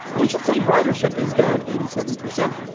and we should say ridership is down eighty seven percent.